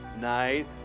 night